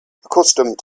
accustomed